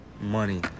money